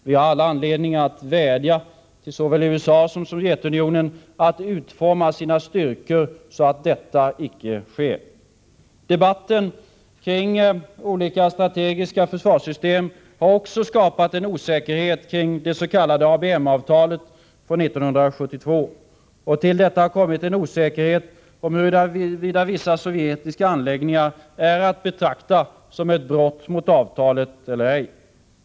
Vi har all anledning att vädja till såväl USA som Sovjetunionen att utforma sina styrkor så, att detta icke sker. Debatten kring olika strategiska försvarssystem har också skapat en osäkerhet kring det s.k. ABM-avtalet från 1972. Till detta har kommit en osäkerhet om huruvida vissa sovjetiska anläggningar är att betrakta som ett brott mot avtalet eller ej.